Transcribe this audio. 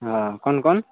हँ कोन कोन